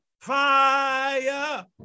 Fire